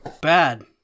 Bad